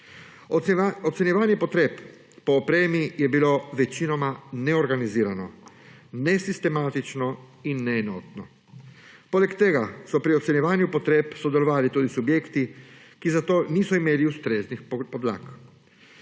Ocenjevanje potreb po opremi je bilo večinoma neorganizirano, nesistematično in neenotno. Poleg tega so pri ocenjevanju potreb sodelovali tudi subjekti, ki za to niso imeli ustreznih podlag.